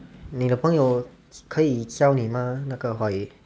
你的朋友可以教你嘛那个华语